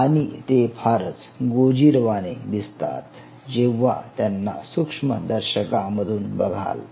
आणि ते फारच गोजिरवाणे दिसतात जेव्हा त्यांना सूक्ष्मदर्शकामधून बघाल